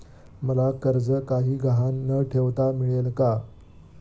मला कर्ज काही गहाण न ठेवता मिळेल काय?